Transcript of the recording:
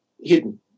hidden